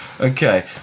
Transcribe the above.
Okay